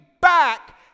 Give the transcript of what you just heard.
back